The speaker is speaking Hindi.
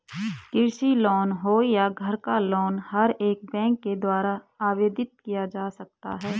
कृषि लोन हो या घर का लोन हर एक बैंक के द्वारा आवेदित किया जा सकता है